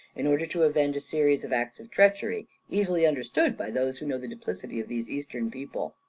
in order to avenge a series of acts of treachery easily understood by those who know the duplicity of these eastern people.